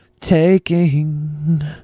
taking